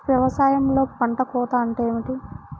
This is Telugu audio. వ్యవసాయంలో పంట కోత అంటే ఏమిటి?